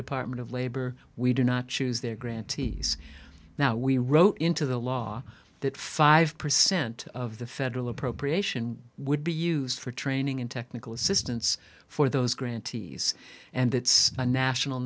department of labor we do not choose their grantees now we wrote into the law that five percent of the federal appropriation would be used for training and technical assistance for those grantees and it's a national